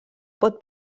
pot